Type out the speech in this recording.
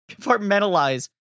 compartmentalize